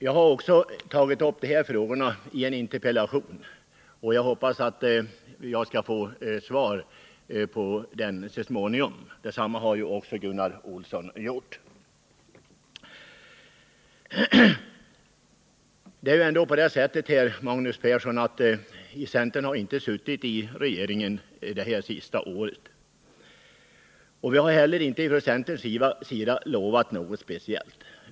Jag har också tagit upp de här frågorna i en interpellation, och jag hoppas få svar på den så småningom. Detsamma har också Gunnar Olsson gjort. Men det är ändå på det sättet, Magnus Persson, att centern inte har suttit i regeringen det senaste året. Vi har från centerns sida inte heller lovat något speciellt.